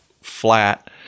flat